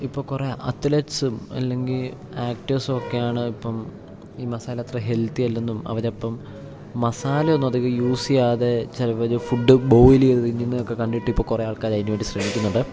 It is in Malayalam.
ഇപ്പം കുറെ അത്ലെറ്റ്സും അല്ലെങ്കിൽ ആക്റ്റേസും ഒക്കെയാണ് ഇപ്പം ഈ മസാല അത്ര ഹെൽത്തിയല്ലന്നും അവരപ്പം മസാല ഒന്നും അധിക യൂസ് ചെയ്യാതെ ചിലവര് ഫുഡ് ബോയിൽ ചെയ്തെടുത്ത് തിന്നിന്നേക്കെ കണ്ടിട്ടിപ്പോൾ കുറെ ആൾക്കാർക്ക് വേണ്ടി ശ്രമിക്കുന്നുണ്ട്